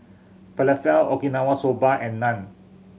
Falafel Okinawa Soba and Naan